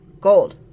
gold